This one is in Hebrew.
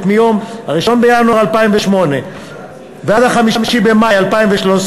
מיום 1 בינואר 2008 ועד 5 במאי 2013,